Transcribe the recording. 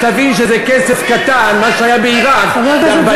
אז תבין שזה כסף קטן ממה שהיה בעיראק ב-1941.